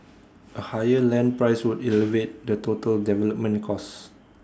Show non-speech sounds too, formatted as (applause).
A higher land price would (noise) elevate the total development cost